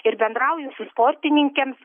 ir bendrauju su sportininkėms